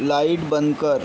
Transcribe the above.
light बंद कर